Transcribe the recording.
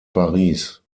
paris